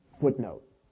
Footnote